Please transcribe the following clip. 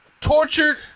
tortured